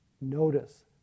notice